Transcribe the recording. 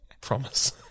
promise